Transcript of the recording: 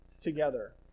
together